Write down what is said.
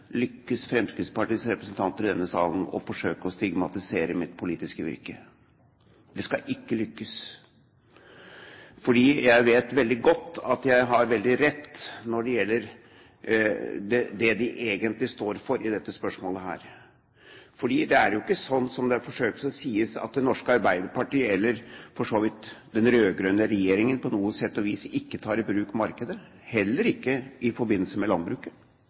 lykkes Fremskrittspartiets representanter i denne salen å forsøke å stigmatisere mitt politiske virke. Det skal ikke lykkes, for jeg vet veldig godt at jeg har veldig rett når det gjelder det de egentlig står for i dette spørsmålet. Det er jo ikke sånn som det forsøkes sagt, at Det norske Arbeiderparti, eller for så vidt den rød-grønne regjeringen, på sett og vis ikke tar i bruk markedet – heller ikke i forbindelse med landbruket